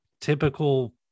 typical